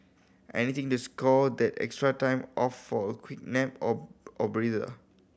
anything to score that extra time off for a quick nap or or breather